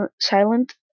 silent